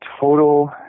total